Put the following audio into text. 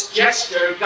gesture